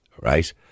Right